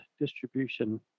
distribution